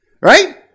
Right